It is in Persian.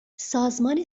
سازمان